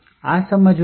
તેથી આ સમજવા માટે